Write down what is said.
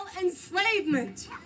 enslavement